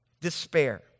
despair